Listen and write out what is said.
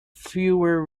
fewer